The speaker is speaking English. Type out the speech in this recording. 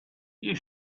you